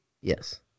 Yes